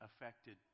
affected